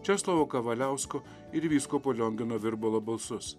česlovo kavaliausko ir vyskupo liongino virbalo balsus